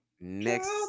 next